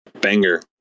Banger